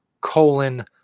colon